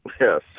Yes